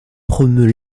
promeut